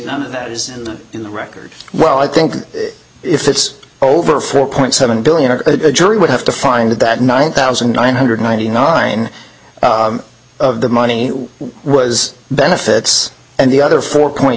see that is in the record well i think if it's over four point seven billion or a jury would have to find that nine thousand nine hundred ninety nine of the money was benefits and the other four point